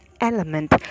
element